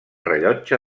rellotge